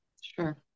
Sure